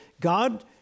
God